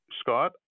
Scott